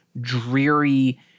dreary